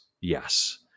yes